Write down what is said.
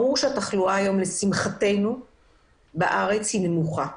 ברור שהתחלואה בארץ היום, לשמחתנו, נמוכה.